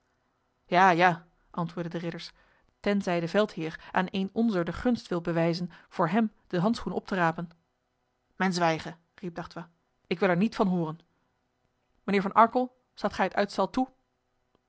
ja ja antwoordden de ridders tenzij de veldheer aan een onzer de gunst wil bewijzen voor hem de handschoen op te rapen men zwijge riep d'artois ik wil er niet van horen mijnheer van arkel staat gij het uitstel toe